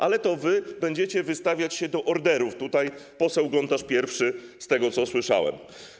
Ale to wy będziecie wystawiać się do orderów; poseł Gontarz pierwszy, z tego, co słyszałem.